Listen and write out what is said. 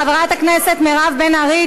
חברת הכנסת מירב בן ארי,